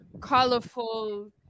colorful